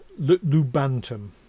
lubantum